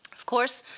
of course,